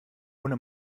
ohne